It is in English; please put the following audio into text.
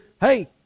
hey